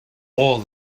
all